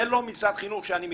זה לא משרד חינוך שאני מכיר.